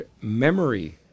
Memory